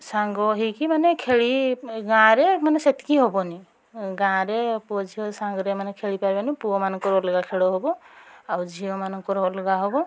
ସାଙ୍ଗ ହୋଇକି ମାନେ ଖେଳି ଏ ଗାଁରେ ମାନେ ସେତକି ହେବନି ଗାଁରେ ପୁଅ ଝିଅ ସାଙ୍ଗରେ ମାନେ ଖେଳିପାରିବେନି ପୁଅମାନଙ୍କର ଅଲଗା ଖେଳ ହେବ ଆଉ ଝିଅ ମାନଙ୍କର ଅଲଗା ହେବ